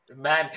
Man